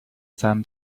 some